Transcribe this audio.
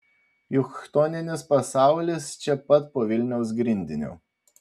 juk chtoninis pasaulis čia pat po vilniaus grindiniu